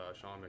Sean